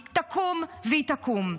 היא תקום והיא תקום.